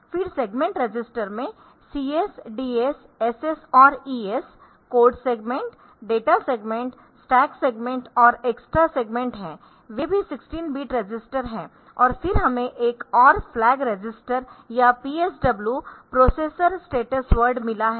फिर segment register में CS DS SS और ES code segment data segment stack segment और एक्स्ट्रा सेगमेंट है वे भी 16 बिट रजिस्टर है और फिर हमें एक और फ्लैग रजिस्टर या PSW प्रोसेसर स्टेटस वर्ड मिला है